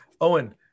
Owen